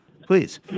Please